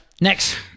next